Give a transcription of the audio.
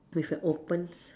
with a open s~